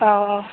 औ औ